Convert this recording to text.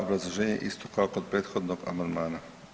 Obrazloženje isto kao kod prethodnog amandmana.